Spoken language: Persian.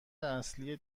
اصلی